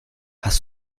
hast